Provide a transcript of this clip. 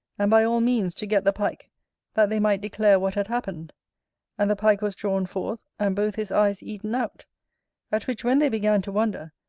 and by all means to get the pike that they might declare what had happened and the pike was drawn forth, and both his eyes eaten out at which when they began to wonder,